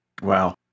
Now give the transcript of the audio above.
Wow